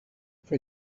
for